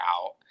out